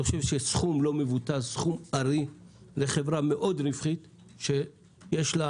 סכום לא מבוטל, סכום ארי לחברה מאוד רווחית שיש לה